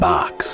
Box